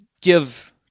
give